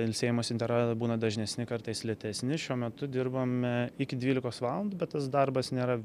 ilsėjimosi intervalai būna dažnesni kartais lėtesni šiuo metu dirbame iki dvylikos valandų bet tas darbas nėra